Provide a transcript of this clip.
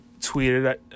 tweeted